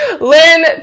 Lynn